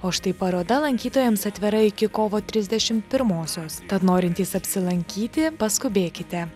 o štai paroda lankytojams atvira iki kovo trisdešimt pirmosios tad norintys apsilankyti paskubėkite